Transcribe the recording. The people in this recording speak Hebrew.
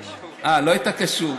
אה, לא היית קשוב.